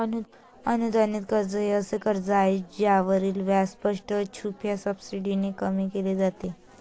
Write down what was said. अनुदानित कर्ज हे असे कर्ज आहे ज्यावरील व्याज स्पष्ट, छुप्या सबसिडीने कमी केले जाते